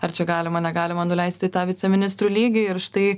ar čia galima negalima nuleisti į tą viceministrų lygį ir štai